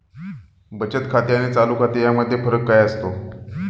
बचत खाते आणि चालू खाते यामध्ये फरक काय असतो?